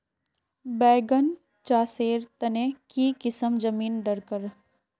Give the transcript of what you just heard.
बैगन चासेर तने की किसम जमीन डरकर?